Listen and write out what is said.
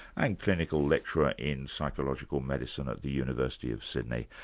and clinical lecturer in psychological medicine at the university of sydney.